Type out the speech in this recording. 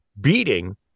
beating